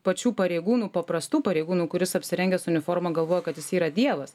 pačių pareigūnų paprastų pareigūnų kuris apsirengęs uniformą galvoja kad jis yra dievas